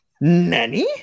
Nanny